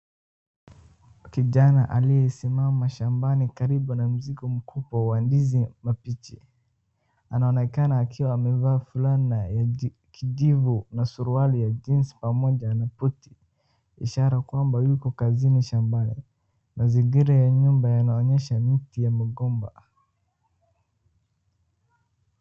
Kijana aliyesimama shambani karibu na mzigo kubwa wa ndizi mabichi, anaonekana akiwa amevaa fulana ya kijivu na suruali ya jeans pamoja na buti, ishara kwamba yuko kazini shambani. Mazingira ya nyumba yanaonyesha miti ya mgomba.